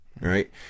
right